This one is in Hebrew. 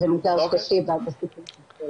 תודה